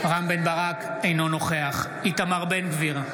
אינו נוכח איתמר בן גביר,